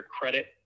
credit